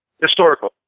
historical